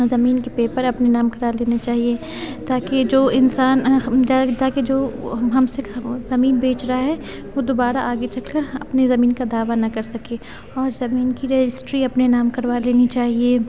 زمین کے پیپر اپنے نام کرا لینی چاہیے تاکہ جو انسان تاکہ جو ہم سے زمین بیچ رہا ہے وہ دوبارہ آگے چل کر اپنے زمین کا دعویٰ نہ کر سکے اور زمین کی رجسٹری اپنے نام کروا لینی چاہیے